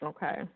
Okay